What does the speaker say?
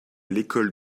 l’école